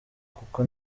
kuko